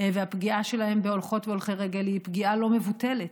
והפגיעה שלהן בהולכות והולכי רגל היא פגיעה לא מבוטלת.